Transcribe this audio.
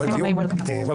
ברוכים הבאים לישראל.